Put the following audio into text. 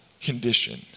condition